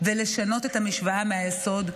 ולשנות את המשוואה מהיסוד,